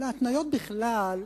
אבל ההתניות בכלל,